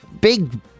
Big